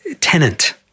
tenant